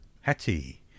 Hattie